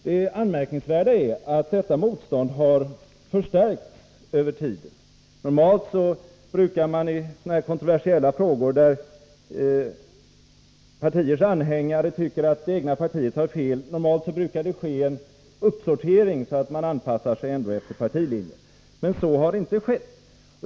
Det anmärkningsvärda är att detta mostånd har förstärkts under den tid som gått. Normalt brukar man i sådana här kontroversiella frågor, där partiers anhängare tycker att det egna partiet har fel, få en uppsortering, så att man anpassar sig efter partilinjen. Men så har inte skett.